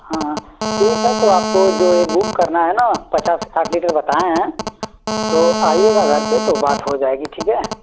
हाँ ठीक है तो आपको जो ये बुक करना है न पचास साठ लीटर बताए हैं तो आइएगा घर पर तो बात हो जाएगी ठीक है